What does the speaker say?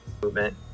movement